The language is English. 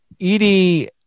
Edie